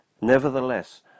nevertheless